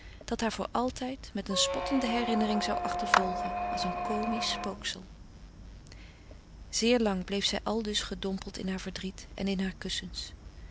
dat haar voor altijd met een spottende herinnering zou achtervolgen als een komisch spooksel zeer lang bleef zij aldus gedompeld in haar verdriet en in haar kussens